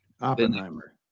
Oppenheimer